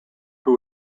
who